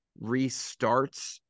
restarts